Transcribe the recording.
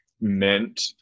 meant